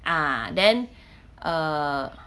ah then err